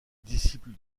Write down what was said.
disciple